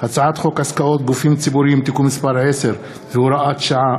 הצעת חוק עסקאות גופים ציבוריים (תיקון מס' 10 והוראת שעה),